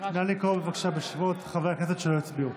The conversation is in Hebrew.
בבקשה בשמות חברי הכנסת שלא הצביעו.